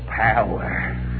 power